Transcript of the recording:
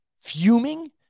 fuming